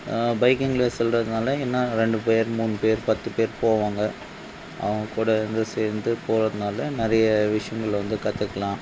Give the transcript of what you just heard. பைக்கிங்கில் செல்கிறதுனால என்ன ரெண்டு பேர் மூணு பேர் பத்து பேர் போவாங்க அவங்கக்கூட வந்து சேர்ந்து போகிறதுனால நிறைய விஷயங்கள வந்து கற்றுக்கலாம்